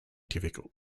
difficult